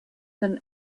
than